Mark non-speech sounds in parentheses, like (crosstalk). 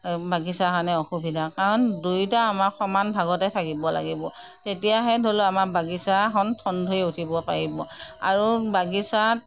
(unintelligible) বাগিচাৰ কাৰণে অসুবিধা কাৰণ দুয়োটা আমাৰ সমান ভাগতে থাকিব লাগিব তেতিয়াহে ধৰি লওক আমাৰ বাগিচাখন ঠন ধৰি উঠিব পাৰিব আৰু বাগিচাত